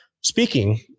speaking